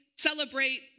celebrate